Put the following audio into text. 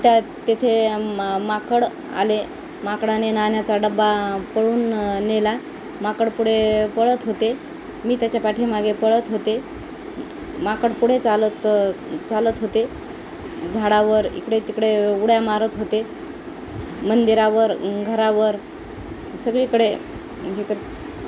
त्या तेथे मा माकड आले माकडाने नाण्याचा डब्बा पळून नेला माकड पुढे पळत होते मी त्याच्या पाठीमागे पळत होते माकड पुढे चालत चालत होते झाडावर इकडे तिकडे उड्या मारत होते मंदिरावर घरावर सगळीकडे हे कर